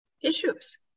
issues